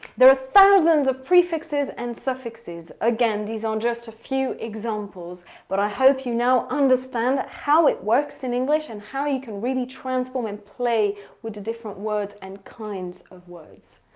there are thousands of prefixes and suffixes. again, these are just a few examples. but i hope you now understand how it works in english and how you can really transform and play with the different words and kinds of words.